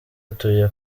atuye